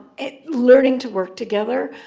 learning to work together,